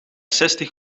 zestig